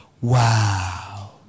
Wow